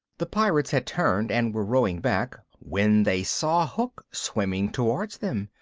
the pirates had turned and were rowing back, when they saw hook swimming towards them,